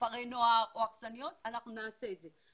כפרי נוער או אכסניות, אנחנו נעשה את זה.